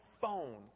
phone